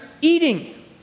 eating